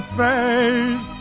faith